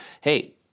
Hey